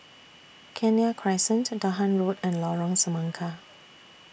Kenya Crescent Dahan Road and Lorong Semangka